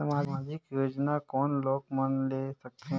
समाजिक योजना कोन लोग मन ले सकथे?